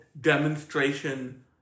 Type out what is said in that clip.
demonstration